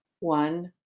One